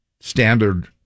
standard